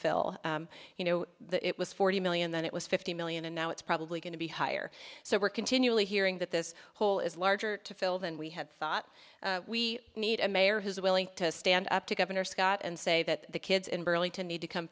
fill you know it was forty million then it was fifty million and now it's probably going to be higher so we're continually hearing that this hole is larger to fill than we had thought we need a mayor who's willing to stand up to governor scott and say that the kids in burlington need to come